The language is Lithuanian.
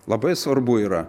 labai svarbu yra